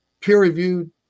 peer-reviewed